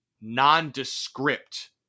nondescript